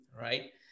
right